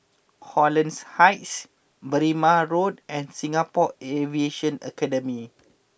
Holland Heights Berrima Road and Singapore Aviation Academy